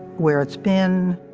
where it's been.